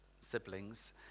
Siblings